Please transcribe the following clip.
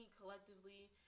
collectively